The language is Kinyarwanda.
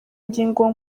ingingo